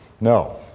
No